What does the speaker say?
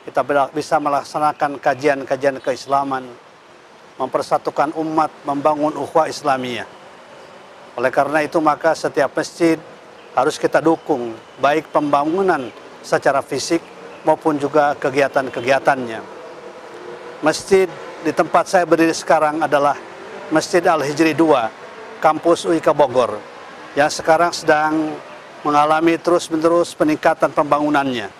Kita bisa melaksanakan kajian-kajian keislaman, mempersatukan umat, membangun ukhwah islamiyah. Oleh karena itu, maka setiap masjid harus kita dukung, baik pembangunan secara fisik maupun juga kegiatan-kegiatannya. Masjid di tempat saya berdiri sekarang adalah Masjid Al-Hijri II, Kampus Uyghur Bogor, yang sekarang sedang mengalami terus-menerus peningkatan pembangunannya.